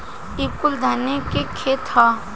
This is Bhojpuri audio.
ई कुल धाने के खेत ह